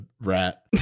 rat